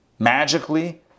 magically